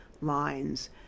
lines